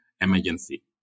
emergency